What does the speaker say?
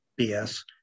BS